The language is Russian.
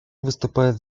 выступает